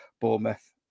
Bournemouth